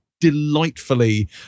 delightfully